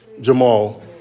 Jamal